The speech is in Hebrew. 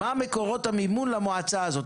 מה מקורות המימון למועצה הזו?